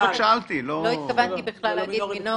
לא התכוונתי בכלל להגיד מינוריים.